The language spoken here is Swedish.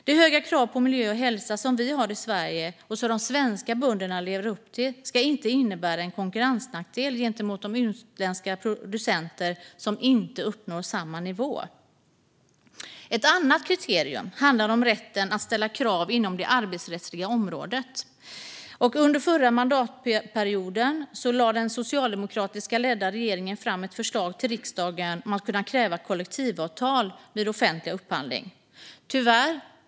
De höga krav på miljö och hälsa som vi har i Sverige och som de svenska bönderna lever upp till ska inte innebära en konkurrensnackdel gentemot de utländska producenter som inte uppnår samma nivå. Ett annat kriterium handlar om rätten att ställa krav inom det arbetsrättsliga området. Under den förra mandatperioden lade den socialdemokratiskt ledda regeringen fram ett förslag till riksdagen om att kunna kräva kollektivavtal vid offentlig upphandling.